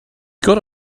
got